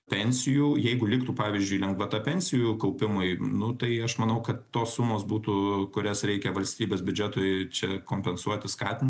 pensijų jeigu liktų pavyzdžiui lengvata pensijų kaupimui nu tai aš manau kad tos sumos būtų kurias reikia valstybės biudžetui čia kompensuoti skatinti